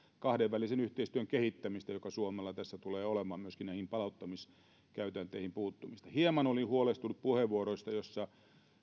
kahdenvälisen yhteistyön kehittämistä joka suomella tässä tulee olemaan myöskin näihin palauttamiskäytänteihin puuttumista hieman olin huolestunut puheenvuoroista joissa